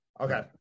Okay